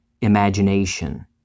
imagination